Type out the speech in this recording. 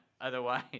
otherwise